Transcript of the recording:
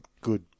good